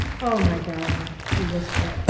oh, my darling, he whispered,